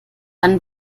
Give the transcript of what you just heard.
dann